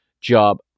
job